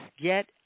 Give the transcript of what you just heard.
get